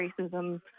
racism